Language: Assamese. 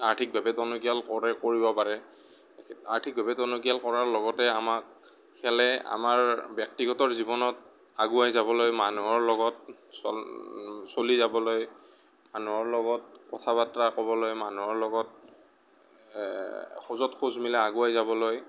আৰ্থিকভাৱে টনকিয়াল কৰে কৰিব পাৰে আৰ্থিকভাৱে টনকিয়াল কৰাৰ লগতে আমাক খেলে আমাৰ ব্যক্তিগতৰ জীৱনত আগুৱাই যাবলৈ মানুহৰ লগত চল চলি যাবলৈ মানুহৰ লগত কথা বাৰ্তা ক'বলৈ মানুহৰ লগত খোজত খোজ মিলাই আগুৱাই যাবলৈ